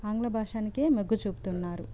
ఆంగ్ల భాషానికే మొగ్గు చూపుతున్నారు